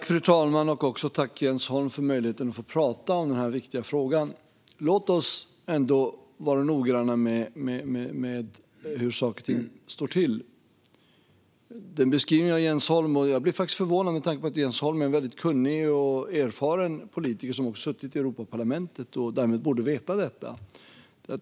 Fru talman! Tack, Jens Holm, för möjligheten att få tala om denna viktiga fråga! Låt oss ändå vara noggranna med hur saker och ting står till. Jag blir faktiskt förvånad över Jens Holms beskrivning med tanke på att han är en kunnig och erfaren politiker som också har suttit i Europaparlamentet och därmed borde veta detta.